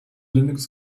linux